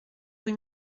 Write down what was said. rue